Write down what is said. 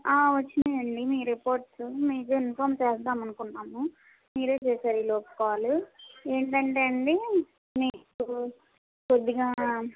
వచ్చినాయి అండి మీ రిపోర్ట్స్ మీకు ఇన్ఫార్మ్ చేద్దాం అనుకున్నాము మీరే చేసారు ఈ లోపు కాల్ ఏంటంటే అండి మీకు కొద్దిగా